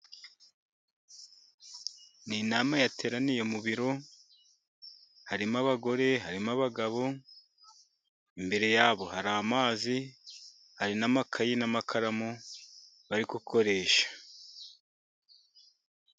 Ni inama yateraniye mu biro， harimo abagore， harimo abagabo， imbere yabo hari amazi， hari n'amakayi n' amakaramu bari gukoresha.